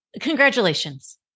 Congratulations